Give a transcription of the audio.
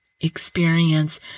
experience